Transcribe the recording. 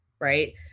right